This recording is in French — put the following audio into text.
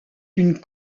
une